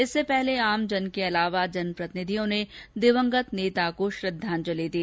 इससे पहले आमजन के अलावा जनप्रतिनिधियों ने दिवंगत नेता को श्रद्दाजंलि दी